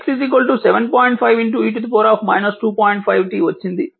v x 7